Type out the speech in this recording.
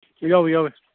ꯌꯥꯎꯋꯤ ꯌꯥꯎꯋꯤ